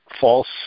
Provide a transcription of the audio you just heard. false